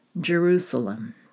Jerusalem